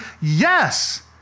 yes